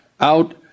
out